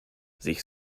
sich